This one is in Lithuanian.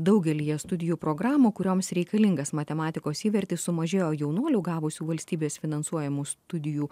daugelyje studijų programų kurioms reikalingas matematikos įvertis sumažėjo jaunuolių gavusių valstybės finansuojamų studijų